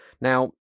Now